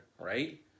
right